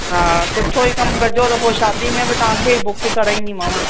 हा सुठो ई कमु कजो त पोइ शादी में बि तव्हांखे ई बुक कराईंदीमांव